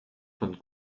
von